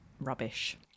rubbish